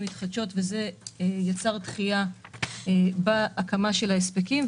אנרגיות מתחדשות וזה יצר דחייה בהקמה של ההספקים.